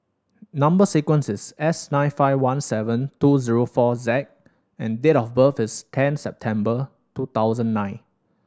number sequence is S nine five one seven two zero four Z and date of birth is ten September two thousand nine